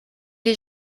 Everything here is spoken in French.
est